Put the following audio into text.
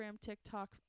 tiktok